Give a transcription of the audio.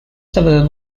civil